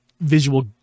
visual